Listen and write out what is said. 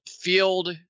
field